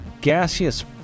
gaseous